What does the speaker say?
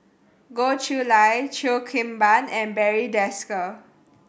Goh Chiew Lye Cheo Kim Ban and Barry Desker